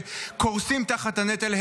שקורסים תחת הנטל,